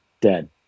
dead